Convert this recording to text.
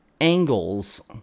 angles